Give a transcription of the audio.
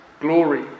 glory